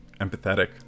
empathetic